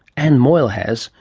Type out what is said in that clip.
ann moyal has,